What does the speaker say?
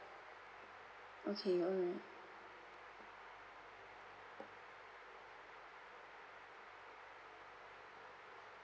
okay alright